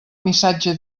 missatge